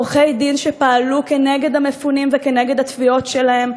בעורכי-דין שפעלו נגד המפונים ונגד התביעות שלהם,